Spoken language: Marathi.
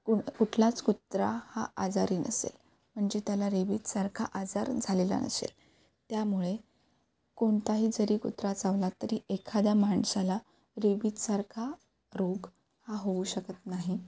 कु कुठलाच कुत्रा हा आजारी नसेल म्हणजे त्याला रेबीजसारखा आजार झालेला नसेल त्यामुळे कोणताही जरी कुत्रा चावला तरी एखाद्या माणसाला रेबीजसारखा रोग हा होऊ शकत नाही